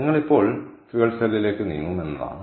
നിങ്ങൾ ഇപ്പോൾ ഇന്ധന സെല്ലിലേക്ക് നീങ്ങും എന്നതാണ്